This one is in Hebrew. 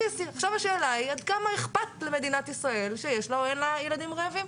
השאלה היא עד כמה אכפת למדינת ישראל שיש לה או אין לה ילדים רעבים?